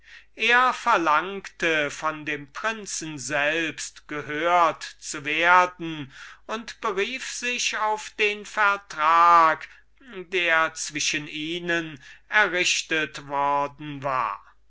er verlangte von dem prinzen selbst gehört zu werden und berief sich deshalb auf den vertrag der zwischen ihnen errichtet worden war